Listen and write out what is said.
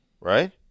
right